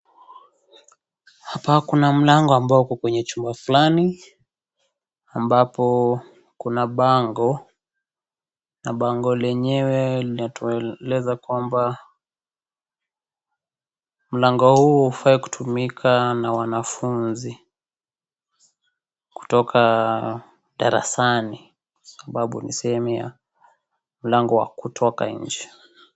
Hapa kuna mlango ambao uko kwenye chumba fulani, ambapo kuna bango. Na bango lenyewe linatueleza kwamba, mlango huu haufai kutumika na wanafunzi kutoka darasani sababu ni sehemu ya mlango wa kutoka nje.